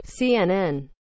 CNN